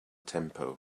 tempo